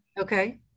Okay